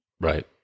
Right